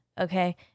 okay